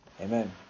Amen